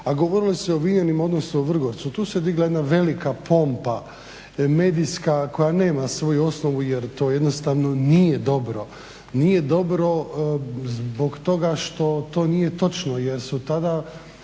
a govorilo se o Vinjanu, odnosno o Vrgorcu. Tu se digla jedna velika pompa medijska koja nema svoju osnovu jer to jednostavno nije dobro. Nije dobro zbog toga što to nije točno jer su tada